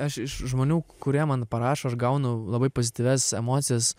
aš iš žmonių kurie man parašo aš gaunu labai pozityvias emocijas